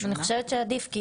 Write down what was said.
אני חושבת שעדיף.